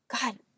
God